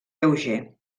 lleuger